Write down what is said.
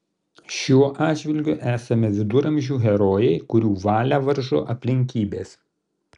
šiuo atžvilgiu esame viduramžių herojai kurių valią varžo aplinkybės